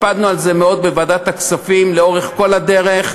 הקפדנו על זה מאוד בוועדת הכספים לאורך כל הדרך,